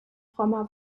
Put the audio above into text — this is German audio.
frommer